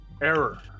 error